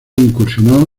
incursionó